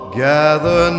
gather